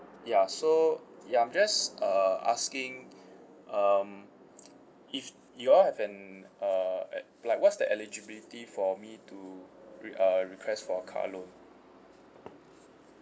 ya so ya I'm just uh asking um if you all have an uh like what's the eligibility for me to re~ uh request for car loan